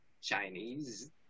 Chinese